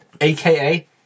aka